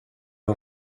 har